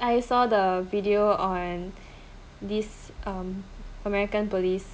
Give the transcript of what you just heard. I saw the video on this um american police